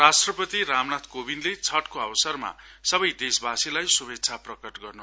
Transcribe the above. राष्ट्रपति रामनाथ गोविन्दले छठको अवसरमा सबै देशवासीहरुलाई शुभेच्छा प्रकट गर्नु भएको छ